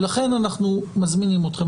ולכן אנחנו מזמינים אתכם.